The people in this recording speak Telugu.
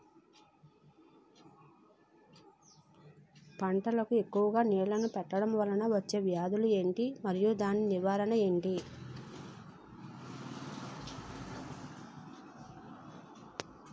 పంటలకు ఎక్కువుగా నీళ్లను పెట్టడం వలన వచ్చే వ్యాధులు ఏంటి? మరియు దాని నివారణ ఏంటి?